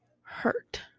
hurt